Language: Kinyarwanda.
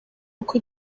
uko